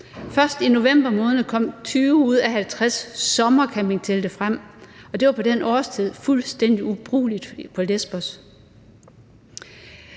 Først i november måned kom 20 ud af 50 sommercampingtelte frem, og de var på den årstid fuldstændig ubrugelige på Lesbos.